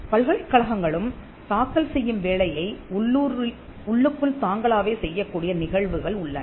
பல்கலைக்கழகங்களும் தாக்கல் செய்யும் வேலையை உள்ளுக்குள் தாங்களாகவே செய்யக் கூடிய நிகழ்வுகள் உள்ளன